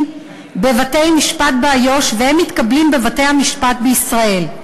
בבתי-משפט באיו"ש והם מתקבלים בבתי-המשפט בישראל,